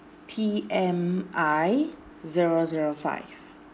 T M I zero zero five